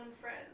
friends